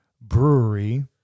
brewery